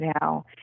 now